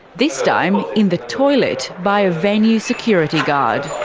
this time in the toilet by a venue security guard.